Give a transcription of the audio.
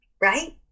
right